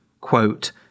quote